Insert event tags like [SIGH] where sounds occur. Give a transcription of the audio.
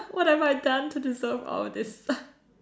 what have I done to deserve all this [LAUGHS]